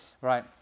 Right